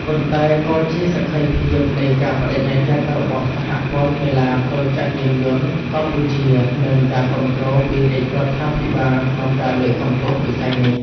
ប៉ុន្តែក៏ជាសក្ខីភាពនៃការប្ដេជ្ញាចិត្តរបស់សហព័ន្ធកីឡាទោចក្រយានយន្តកម្ពុជា និងការគាំទ្រពីរាជរដ្ឋាភិបាលក្នុងការលើកកម្ពស់វិស័យនេះ។